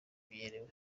imenyerewe